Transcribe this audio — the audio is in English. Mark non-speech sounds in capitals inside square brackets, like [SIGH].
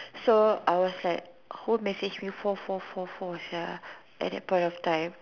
[BREATH] so I was like who message me four four four four sia at that point of time